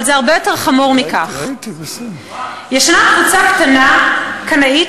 אבל זה הרבה יותר חמור מכך: יש קבוצה קטנה קנאית